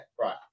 right